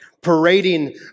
parading